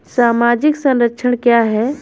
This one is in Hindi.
सामाजिक संरक्षण क्या है?